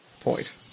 point